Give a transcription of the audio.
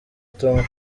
tom